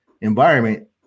environment